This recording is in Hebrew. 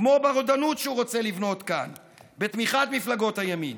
כמו ברודנות שהוא רוצה לבנות כאן בתמיכת מפלגות הימין.